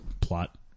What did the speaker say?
plot